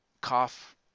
cough